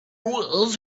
walls